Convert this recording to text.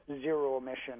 zero-emission